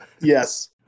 Yes